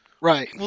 Right